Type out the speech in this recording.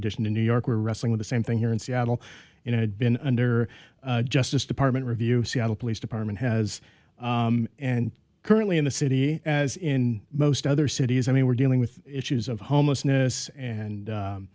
addition to new york we are wrestling with the same thing here in seattle and had been under justice department review seattle police department has and currently in the city as in most other cities i mean we're dealing with issues of homelessness and